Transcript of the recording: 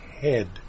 head